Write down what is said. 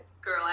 Girl